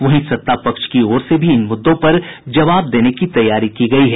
वहीं सत्ता पक्ष की ओर से भी इन मुद्दों पर जवाब देने की तैयारी की गयी है